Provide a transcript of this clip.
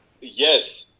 Yes